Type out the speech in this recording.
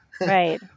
right